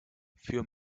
für